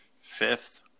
fifth